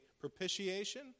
propitiation